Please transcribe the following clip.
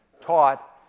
taught